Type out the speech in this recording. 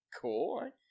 Cool